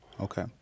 Okay